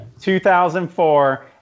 2004